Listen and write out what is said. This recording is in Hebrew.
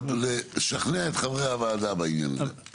לשכנע את חברי הוועדה בעניין הזה.